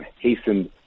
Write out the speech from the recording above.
hastened